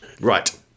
Right